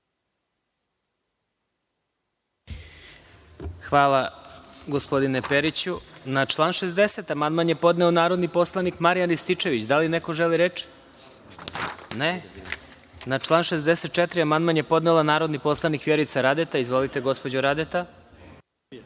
Hvala. Na član 60. amandman je podneo narodni poslanik Marijan Rističević. Da li neko želi reč? (Ne.)Na član 64. amandman je podnela narodni poslanik Vjerica Radeta. Izvolite, gospođo Radeta.